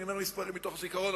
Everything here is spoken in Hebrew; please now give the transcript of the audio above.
אני אומר מספרים מתוך הזיכרון,